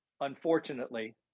unfortunately